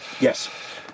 Yes